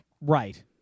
Right